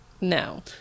No